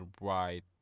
right